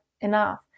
enough